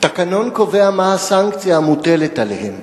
התקנון קובע מה הסנקציה המוטלת עליהם.